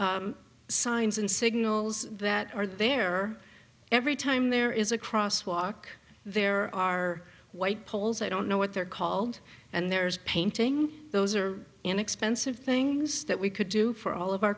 of signs and signals that are there every time there is a cross walk there are white poles i don't know what they're called and there's painting those are inexpensive things that we could do for all of our